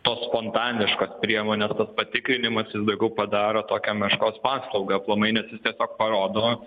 tos spontaniškos priemonės tas patikrinimas jis daugiau padaro tokią meškos paslaugą aplamai nes jis tiesiog parodo